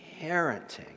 parenting